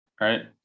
right